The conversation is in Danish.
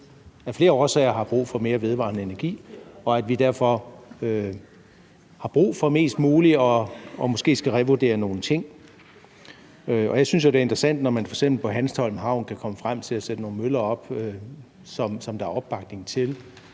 af flere årsager har brug for mere vedvarende energi, og at vi derfor har brug for mest muligt og måske skal revurdere nogle ting. Jeg synes jo, det er interessant, når man f.eks. på Hanstholm Havn kan komme frem til at sætte nogle møller op, som der er opbakning til.